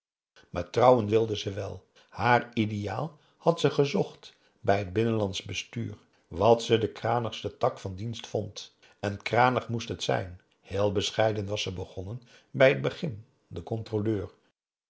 maar trouwen wilde ze wel haar ideaal had ze gezocht bij het binnenlandsch bestuur wat ze den kranigsten tak van dienst vond en kranig moest het zijn heel bescheiden was ze begonnen bij het begin den controleur